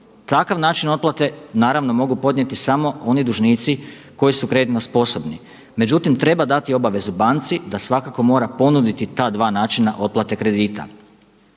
Takav način otplate naravno mogu podnijeti samo oni dužnici koji su kreditno sposobni. Međutim, treba dati obavezu banci da svakako mora ponuditi ta dva načina otplate kredita.